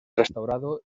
restaurado